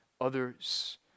others